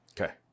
Okay